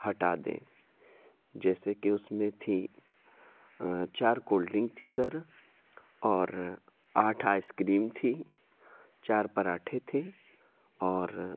ہٹا دیں جیسے کہ اس میں تھی چار کولڈ ڈرنک تھی سر اور آٹھ آئس کریم تھی چار پراٹھے تھے اور